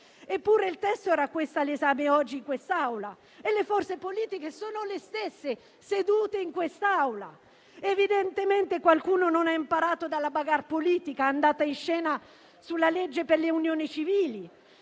Eppure, il testo era questo oggi all'esame di questa Assemblea e le forze politiche sono le stesse sedute in quest'Aula. Evidentemente, qualcuno non ha imparato dalla *bagarre* politica andata in scena sulla legge per le unioni civili.